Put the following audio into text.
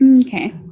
Okay